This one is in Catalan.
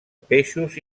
peixos